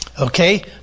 Okay